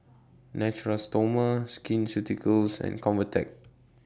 Natura Stoma Skin Ceuticals and Convatec